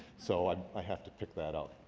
so i i have to pick that up.